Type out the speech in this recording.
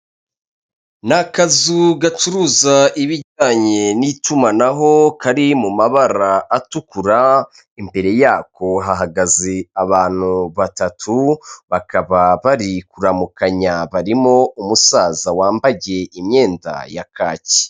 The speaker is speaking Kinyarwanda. Ni akazu gacuruza ibijyanye n'itumanaho kari mu mabara atukura, imbere yako hahagaze abantu batatu bakaba bari kuramukanya barimo umusaza wambaye imyenda ya kacyi.